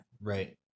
Right